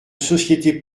sociétés